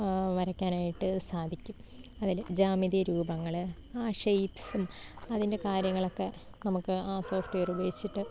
വരയ്ക്കാനായിട്ട് സാധിക്കും അതിൽ ജാമിതീയ രൂപങ്ങൾ ആ ഷേപ്പ്സും അതിൻ്റെ കാര്യങ്ങൾ ഒക്കെ നമുക്ക് ആ സോഫ്റ്റ്വെയർ ഉപയോഗിച്ചിട്ട്